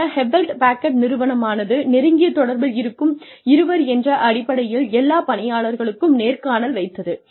பின்னர் Hewlett Packard நிறுவனமானது நெருங்கிய தொடர்பில் இருக்கும் இருவர் என்ற அடிப்படையில் எல்லா பணியாளர்களுக்கும் நேர்காணல் வைத்தது